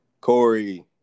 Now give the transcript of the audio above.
Corey